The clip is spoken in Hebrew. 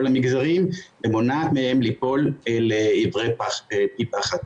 המגזרים ומונעת מהם ליפול אל עברי פי פחת.